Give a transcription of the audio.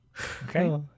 Okay